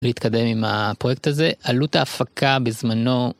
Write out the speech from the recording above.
להתקדם עם הפרוייקט הזה עלות ההפקה בזמנו.